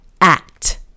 act